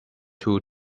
two